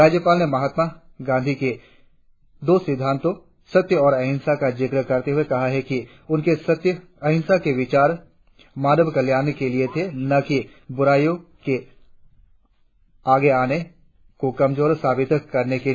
राज्यपाल ने महात्मा गांधी के दो सिद्धांतों सत्य और अहिंसा का जिक्र करते हुए कहा कि उनके अहिंसा के विचार मानव कल्याण के लिए थे न कि बुराई के आगे अपने को कमजोर साबित करने के लिए